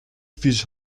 fees